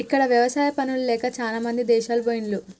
ఇక్కడ ఎవసాయా పనులు లేక చాలామంది దేశాలు పొయిన్లు